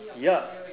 ya